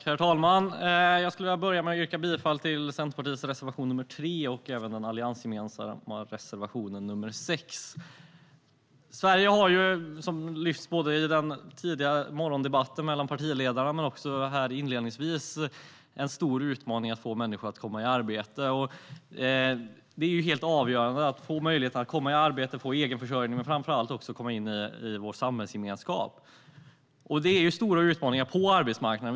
Herr talman! Jag skulle vilja börja med att yrka bifall till Centerpartiets reservation nr 3 och även den alliansgemensamma reservationen nr 6. Precis som har lyfts fram i den tidiga morgondebatten mellan partiledarna och inledningsvis i den här debatten har Sverige en stor utmaning i att få människor att komma i arbete. Det är helt avgörande att få möjlighet att komma i arbete, få egen försörjning och framför allt komma in i vår samhällsgemenskap. Det finns stora utmaningar på arbetsmarknaden.